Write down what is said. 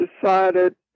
decided